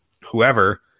whoever